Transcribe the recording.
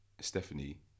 Stephanie